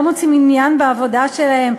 לא מוצאים עניין בעבודה שלהם,